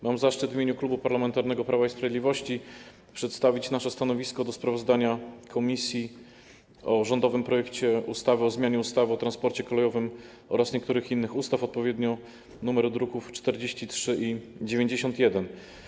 Mam zaszczyt w imieniu Klubu Parlamentarnego Prawo i Sprawiedliwość przedstawić nasze stanowisko dotyczące sprawozdania komisji o rządowym projekcie ustawy o zmianie ustawy o transporcie kolejowym oraz niektórych innych ustaw, odpowiednio druki nr 43 i 91.